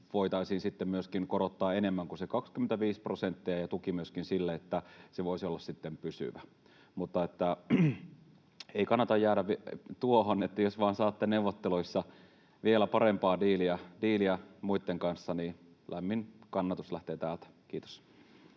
myöskin korottaa enemmän kuin se 25 prosenttia, ja tuki myöskin sille, että se voisi olla sitten pysyvä. Mutta ei kannata jäädä tuohon, eli jos vain saatte neuvotteluissa vielä parempaa diiliä muitten kanssa, niin lämmin kannatus lähtee täältä. — Kiitos.